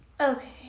Okay